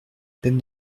peine